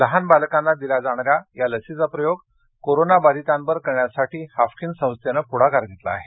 लहान बालकांना दिल्या जाणाऱ्या या लसीचा प्रयोग कोरोनाबाधितांवर करण्यासाठी हाफकिन संस्थेनं पुढाकार घेतला आहे